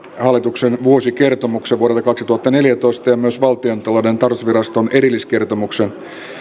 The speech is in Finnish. hallituksen vuosikertomuksen vuodelta kaksituhattaneljätoista ja myös valtiontalouden tarkastusviraston erilliskertomuksen